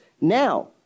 Now